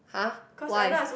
!huh! why